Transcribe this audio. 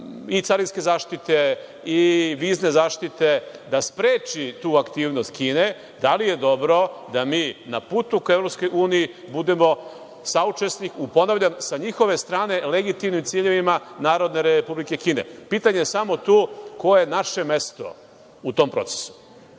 i carinske zaštite i vizne zaštite, da spreči tu aktivnost Kine, da li je dobro da mi na putu ka EU, budemo saučesnik, u ponavljam, sa njihove strane legitimnim ciljevima Narodne Republike Kine. Pitanje je samo tu – koje je naše mesto u tom procesu?